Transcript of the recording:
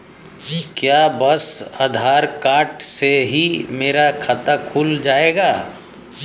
क्या बस आधार कार्ड से ही मेरा खाता खुल जाएगा?